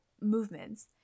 movements